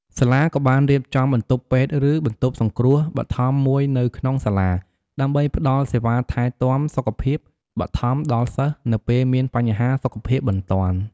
សាលាក៏បានរៀបចំបន្ទប់ពេទ្យឬបន្ទប់សង្រ្គោះបឋមមួយនៅក្នុងសាលា ដើម្បីផ្តល់សេវាថែទាំសុខភាពបឋមដល់សិស្សនៅពេលមានបញ្ហាសុខភាពបន្ទាន់។